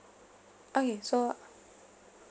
okay so